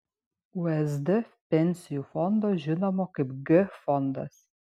usd pensijų fondo žinomo kaip g fondas